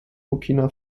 burkina